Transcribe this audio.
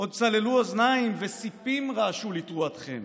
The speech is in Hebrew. עוד צללו אוזניים וסיפים רעשו לתרועתכם,